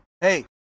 Hey